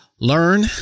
learn